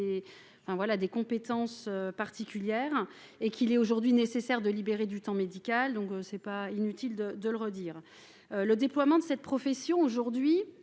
des compétences particulières, et qu'il est aujourd'hui nécessaire de libérer du temps médical, donc c'est pas inutile de de le redire. Le déploiement de cette profession aujourd'hui,